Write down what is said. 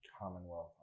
Commonwealth